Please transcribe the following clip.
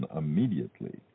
immediately